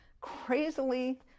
crazily